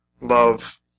love